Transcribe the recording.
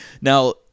Now